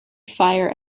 fire